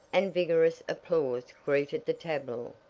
and vigorous applause greeted the tableau.